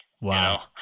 Wow